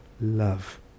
love